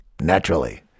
Naturally